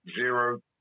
zero